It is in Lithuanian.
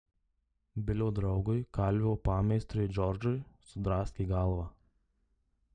bilio draugui kalvio pameistriui džordžui sudraskė galvą